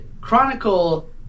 Chronicle